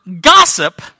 gossip